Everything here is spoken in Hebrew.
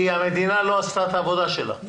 כי המדינה לא עשתה את העבודה שלה,